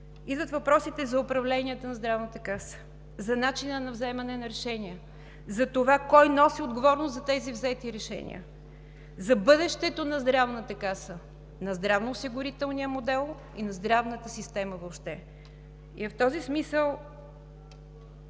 Идват въпросите за управленията на Здравната каса, за начина на вземане на решения, за това кой носи отговорност за тези взети решения, за бъдещето на Здравната каса, на здравноосигурителния модел и здравната система въобще. И в този смисъл